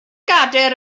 gadair